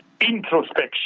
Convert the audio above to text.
introspection